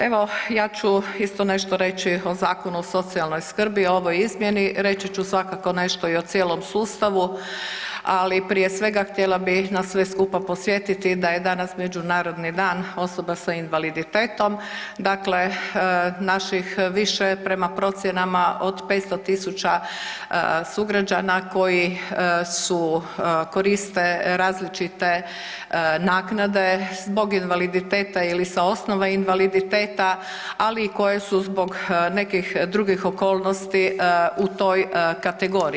Evo ja ću isto nešto reći o Zakonu o socijalnoj skrbi o ovoj izmjeni, reći ću svakako nešto i o cijelom sustavu, ali prije svega htjela bih nas sve skupa podsjetiti da je danas Međunarodni dan osoba s invaliditetom, dakle naših više prema procjenama od 500.000 sugrađana koji koriste različite naknade zbog invaliditeta ili sa osnova invaliditeta, ali su zbog nekih drugih okolnosti u toj kategoriji.